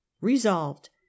resolved